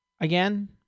Again